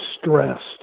stressed